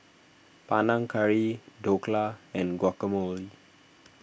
Panang Curry Dhokla and Guacamole